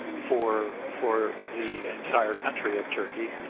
for for the entire country of turkey.